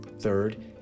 Third